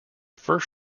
first